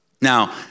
Now